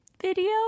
video